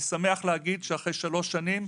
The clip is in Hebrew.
אני שמח להגיד שאחרי שלוש שנים,